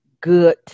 good